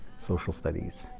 social studies,